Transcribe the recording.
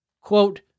Quote